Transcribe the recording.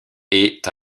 est